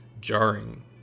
jarring